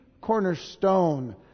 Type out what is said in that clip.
cornerstone